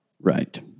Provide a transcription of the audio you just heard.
Right